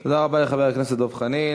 תודה רבה לחבר הכנסת דב חנין.